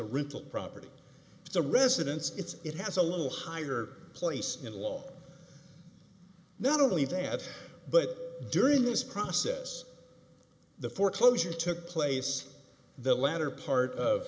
ripple property it's a residence it's it has a little higher place in law not only that but during this process the foreclosure took place the latter part of